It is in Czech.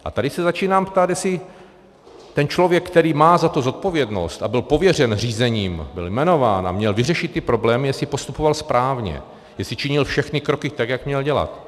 A tady se začínám ptát, jestli ten člověk, který má za to zodpovědnost a byl pověřen řízením, byl jmenován a měl vyřešit ty problémy, jestli postupoval správně, jestli činil všechny kroky tak, jak měl dělat.